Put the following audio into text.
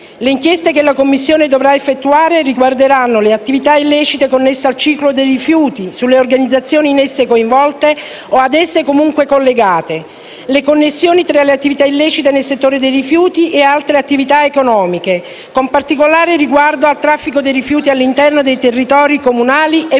Le inchieste che la Commissione dovrà effettuare riguarderanno le attività illecite connesse al ciclo dei rifiuti, le organizzazioni in esse coinvolte o a esse comunque collegate; le connessioni tra le attività illecite nel settore dei rifiuti e altre attività economiche, con particolare riguardo al traffico dei rifiuti all'interno dei territori comunali e provinciali,